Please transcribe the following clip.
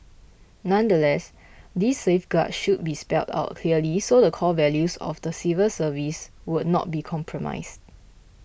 nonetheless these safeguards should be spelled out clearly so the core values of the civil service would not be compromised